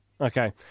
Okay